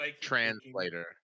translator